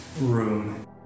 Room